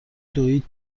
دوید